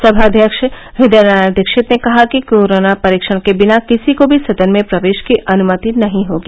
सभाध्यक्ष हृदय नारायण दीक्षित ने कहा कि कोरोना परीक्षण के बिना किसी को भी सदन में प्रवेश की अनुमति नहीं होगी